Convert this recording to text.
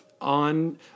on